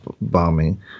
bombing